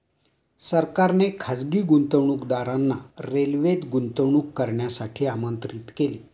सरकारने खासगी गुंतवणूकदारांना रेल्वेत गुंतवणूक करण्यासाठी आमंत्रित केले